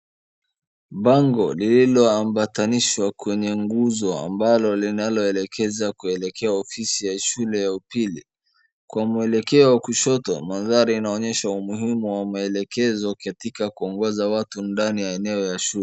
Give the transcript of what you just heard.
Bango lililoambatanishwa kwenye nguzo ambalo linaelekeza kuelekea ofisi ya shule ya upili kwa mwelekeo wa kushoto. Manthari yanaonyesha umuhimu wa maelekezo katika kuongoza watu ndani ya eneo ya shule.